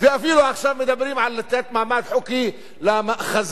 ואפילו עכשיו מדברים על לתת מעמד חוקי למאחזים,